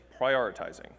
prioritizing